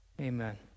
Amen